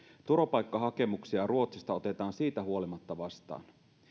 turvapaikkahakemuksia ruotsista otetaan siitä huolimatta vastaan